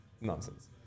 nonsense